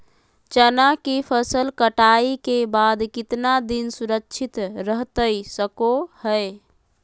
चना की फसल कटाई के बाद कितना दिन सुरक्षित रहतई सको हय?